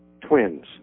Twins